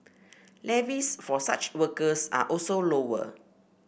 levies for such workers are also lower